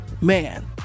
Man